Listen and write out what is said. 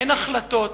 אין החלטות.